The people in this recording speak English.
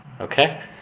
okay